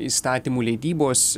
įstatymų leidybos